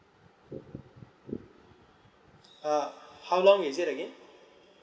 uh how long is it again